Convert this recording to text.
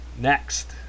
Next